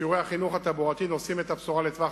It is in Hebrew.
שיעורי החינוך התחבורתי נושאים את הבשורה לטווח